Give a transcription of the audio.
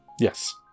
Yes